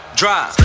drive